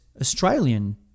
Australian